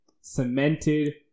cemented